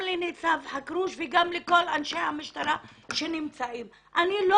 לניצב חכרוש וגם לכל אנשי המשטרה שנמצאים אני אומרת